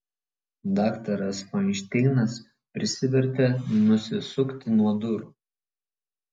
daktaras fainšteinas prisivertė nusisukti nuo durų